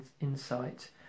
insight